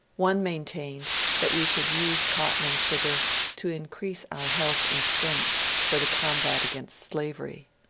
one maintained that we should use cotton and sugar to in crease our health and strength for the combat against slavery.